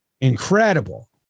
incredible